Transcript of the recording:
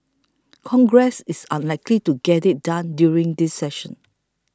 congress is unlikely to get it done during this session